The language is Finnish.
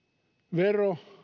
vero